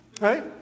right